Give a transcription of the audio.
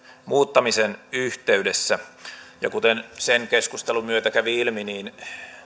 muuttamisen yhteydessä kuten sen keskustelun myötä kävi ilmi